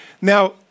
Now